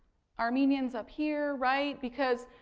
armenians up here, right. because,